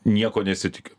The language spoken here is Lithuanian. nieko nesitikiu